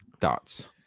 thoughts